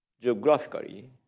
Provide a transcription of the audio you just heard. Geographically